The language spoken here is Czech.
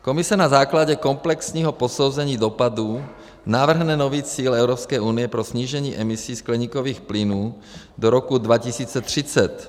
Komise na základě komplexního posouzení dopadů navrhne nový cíl Evropské unie pro snížení emisí skleníkových plynů do roku 2030.